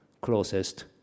closest